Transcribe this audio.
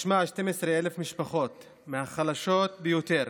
משמע, 12,000 משפחות מהחלשות ביותר